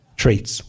traits